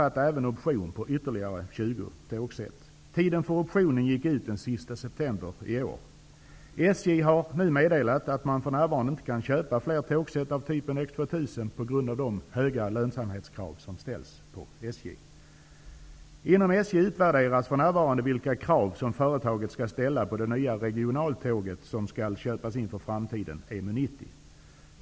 2000 på grund av de höga lönsamhetskrav som ställs på SJ. Inom SJ utvärderas för närvarande vilka krav företaget skall ställa på det nya regionaltåg som skall köpas in för framtiden, EMU 90.